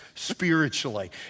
Spiritually